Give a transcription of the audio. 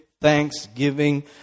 thanksgiving